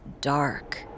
dark